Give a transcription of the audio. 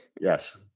Yes